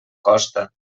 costa